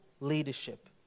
leadership